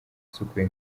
usukuye